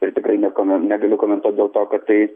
ir tikrai nekomen negaliu komentuot dėl to kad tai